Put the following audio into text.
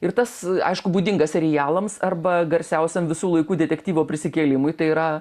ir tas aišku būdingas serialams arba garsiausiam visų laikų detektyvo prisikėlimui tai yra